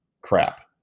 crap